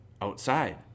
outside